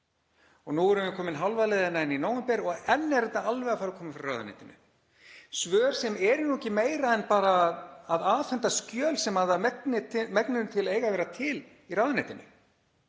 Nú erum við komin hálfa leiðina inn í nóvember og enn er þetta alveg að fara að koma frá ráðuneytinu, svör sem eru nú ekki meira en bara að afhenda skjöl sem að megninu til eiga að vera til í ráðuneytinu.